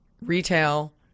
retail